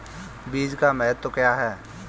बीज का महत्व क्या है?